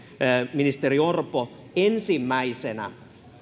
ministeri orpo ensimmäisenä